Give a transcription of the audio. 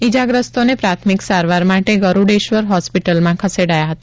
ઈજાગ્રસ્તોને પ્રાથમિક સારવાર માટે ગરુડેશ્વર હોસ્પિટલમાં ખસેડાયા હતા